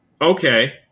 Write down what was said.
okay